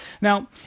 Now